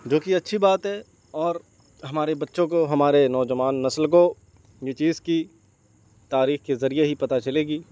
جو کہ اچھی بات ہے اور ہمارے بچوں کو ہمارے نوجوان نسل کو یہ چیز کہ تاریخ کے ذریعے ہی پتہ چلے گی